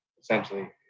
essentially